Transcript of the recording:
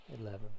Eleven